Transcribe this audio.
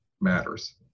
matters